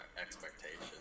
expectations